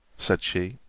said she,